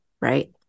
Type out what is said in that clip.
right